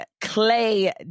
Clay